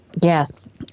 Yes